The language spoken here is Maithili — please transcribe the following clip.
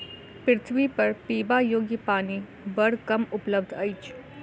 पृथ्वीपर पीबा योग्य पानि बड़ कम उपलब्ध अछि